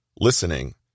Listening